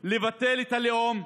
ולבטל את הלאום,